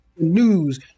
news